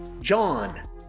John